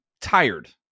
tired